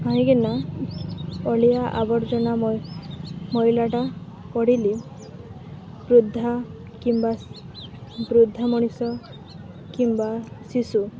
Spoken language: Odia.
କହିଁକିନା ଅଳିଆ ଆବର୍ଜନା ମଇଳାଟା ପଡ଼ିଲେ ବୃଦ୍ଧା କିମ୍ବା ବୃଦ୍ଧା ମଣିଷ କିମ୍ବା ଶିଶୁ